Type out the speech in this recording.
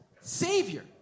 savior